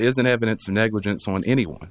isn't evidence of negligence on anyone